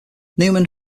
newman